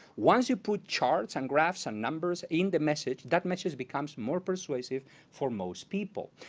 once you put charts and graphs and numbers in the message, that matches becomes more persuasive for most people.